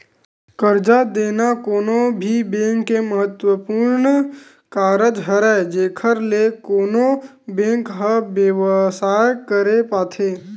करजा देना कोनो भी बेंक के महत्वपूर्न कारज हरय जेखर ले कोनो बेंक ह बेवसाय करे पाथे